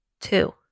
Two